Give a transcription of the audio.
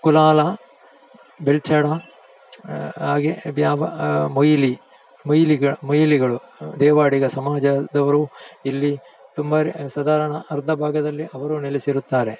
ಕುಲಾಲ ಬೆಳ್ಚಡ ಹಾಗೇ ಮೊಯ್ಲಿ ಮೊಯ್ಲಿ ಮೊಯ್ಲಿಗಳು ದೇವಾಡಿಗ ಸಮಾಜದವರು ಇಲ್ಲಿ ತುಂಬ ರಿ ಸಾಧಾರಣ ಅರ್ಧ ಭಾಗದಲ್ಲಿ ಅವರು ನೆಲೆಸಿರುತ್ತಾರೆ